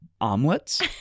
omelets